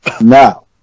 Now